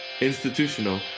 institutional